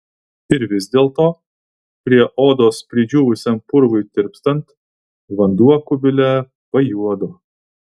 ir vis dėlto prie odos pridžiūvusiam purvui tirpstant vanduo kubile pajuodo